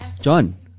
John